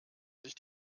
sich